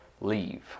leave